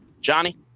Johnny